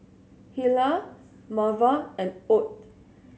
Hilah Marva and Ott